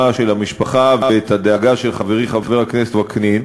של המשפחה ואת הדאגה של חברי חבר הכנסת וקנין,